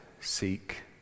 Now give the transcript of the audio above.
seek